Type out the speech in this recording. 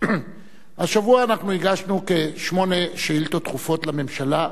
השבוע אנחנו הגשנו כשמונה שאילתות דחופות לממשלה,